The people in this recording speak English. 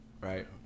Right